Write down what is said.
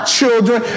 children